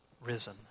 risen